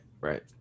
Right